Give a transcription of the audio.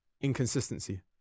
inconsistency